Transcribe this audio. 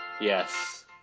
Yes